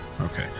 Okay